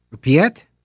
Piet